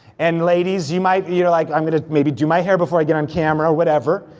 and ladies, you might, you're like, i'm gonna maybe do my hair before i get on camera or whatever,